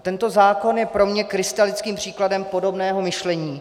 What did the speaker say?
Tento zákon je pro mě krystalickým příkladem podobného myšlení.